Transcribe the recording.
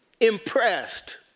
impressed